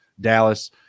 Dallas